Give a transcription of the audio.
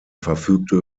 verfügte